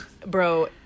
Bro